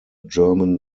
german